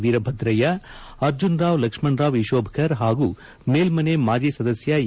ವೀರಭದ್ರಯ್ಯ ಅರ್ಜುನರಾವ್ ಲಕ್ಷ್ಮಣರಾವ್ ಇಶೋಭಕರ್ ಹಾಗೂ ಮೇಲ್ಮನೆ ಮಾಜಿ ಸದಸ್ಯ ಎ